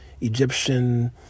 Egyptian